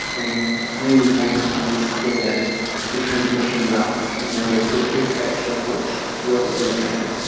and we really want to understand the transmission routes in order to affect action which will eliminate it.